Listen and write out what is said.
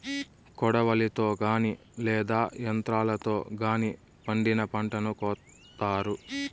కొడవలితో గానీ లేదా యంత్రాలతో గానీ పండిన పంటను కోత్తారు